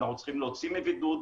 ואנחנו צריכים להוציא מבידוד,